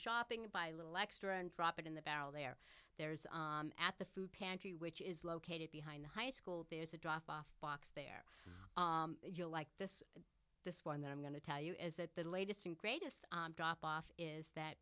shopping by little extra and drop it in the barrel there there's at the food pantry which is located behind the high school there's a drop off box there you know like this this one that i'm going to tell you is that the latest and greatest drop off is that